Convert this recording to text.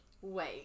Wait